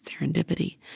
Serendipity